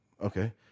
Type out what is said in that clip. Okay